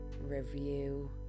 review